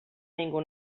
ningú